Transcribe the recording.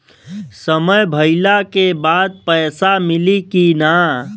समय भइला के बाद पैसा मिली कि ना?